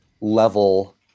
level